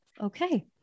okay